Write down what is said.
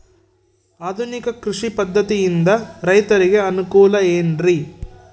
ಆಧುನಿಕ ಕೃಷಿ ಪದ್ಧತಿಯಿಂದ ರೈತರಿಗೆ ಅನುಕೂಲ ಏನ್ರಿ?